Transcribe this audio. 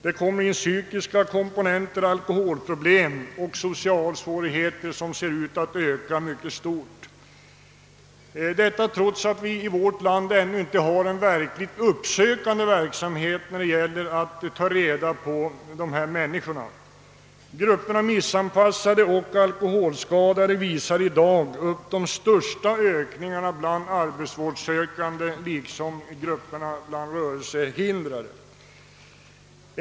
Psykiska komponenter, alkoholproblem och sociala svårigheter ser ut att öka i hög grad, trots att vi i vårt land ännu inte har en verkligt uppsökande verksamhet för att ta reda på dessa människor. Grupperna av missanpassade och alkoholskadade visar i dag upp de största ökningarna bland de arbetsvårdssökande liksom de rörelsehindrade.